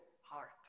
heart